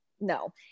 No